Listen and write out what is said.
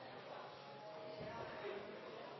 dere